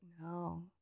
No